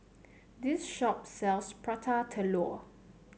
this shop sells Prata Telur